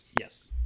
Yes